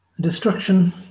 Destruction